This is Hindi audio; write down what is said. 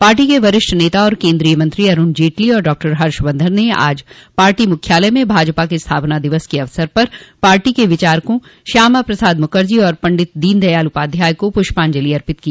पार्टी के वरिष्ठ नेता और कन्द्रीय मंत्री अरूण जेटली और डॉक्टर हर्षवर्धन ने आज पार्टी मुख्यालय में भाजपा के स्थापना दिवस के अवसर पर पार्टी के विचारकों श्यामा प्रसाद मुखर्जी और पंडित दीनदयाल उपाध्याय को पुष्पांजलि अर्पित की